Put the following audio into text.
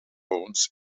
moons